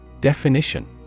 Definition